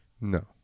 No